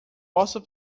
posso